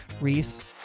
Reese